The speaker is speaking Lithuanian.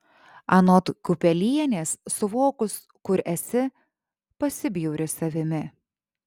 anot kiupelienės suvokus kur esi pasibjauri savimi